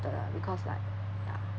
because like ya